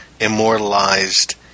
immortalized